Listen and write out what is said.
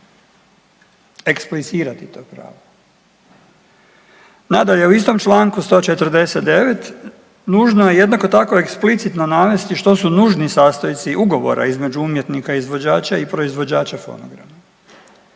Eksplicirati to pravo. Nadalje, u istom članku 149. nužno je jednako tako eksplicitno navesti što su nužni sastojci ugovora između umjetnika izvođača i proizvođača fonograma.